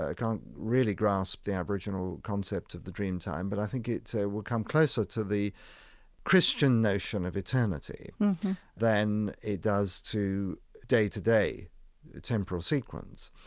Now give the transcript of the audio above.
ah can't really grasp the aboriginal concept of the dreamtime, but i think it so will come closer to the christian notion of eternity than it does to day-to-day, temporal sequence.